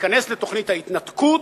תיכנס לתוכנית ההתנתקות,